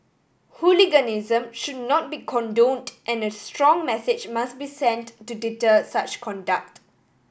hooliganism should not be condoned and a strong message must be sent to deter such conduct